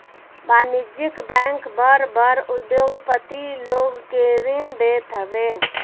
वाणिज्यिक बैंक बड़ बड़ उद्योगपति लोग के ऋण देत हवे